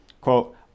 quote